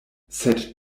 sed